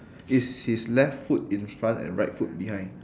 is his left foot in front and right foot behind